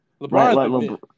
LeBron